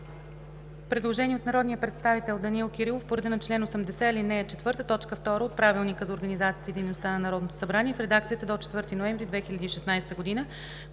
предложение от народния представител Данаил Кирилов по реда на чл. 80, ал. 4, т. 2 от Правилника за организацията и дейността на Народното събрание в редакцията до 4 ноември 2016 г.